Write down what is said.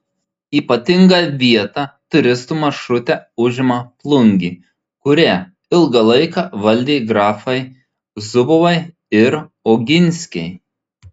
ypatingą vietą turistų maršrute užima plungė kurią ilgą laiką valdė grafai zubovai ir oginskiai